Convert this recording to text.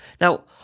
Now